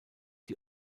die